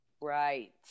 Right